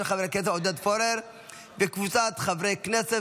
של חבר הכנסת עודד פורר וקבוצת חברי הכנסת.